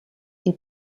est